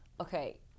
Okay